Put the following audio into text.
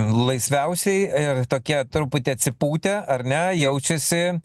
laisviausiai ir tokie truputį atsipūtę ar ne jaučiasi